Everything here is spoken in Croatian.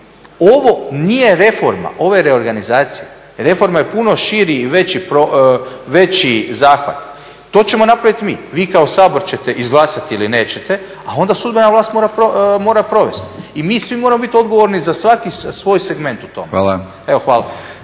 Ovo nije reforma, ovo je reorganizacija. Reforma je puno širi i veći zahvat. To ćemo napraviti mi. Vi kao Sabor ćete izglasati ili nećete, a onda sudbena vlast mora provesti. I mi svi moramo biti odgovorni za svaki svoj segment u tome. Hvala.